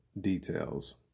details